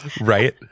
right